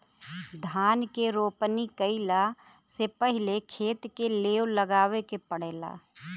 धान के रोपनी कइला से पहिले खेत के लेव लगावे के पड़ेला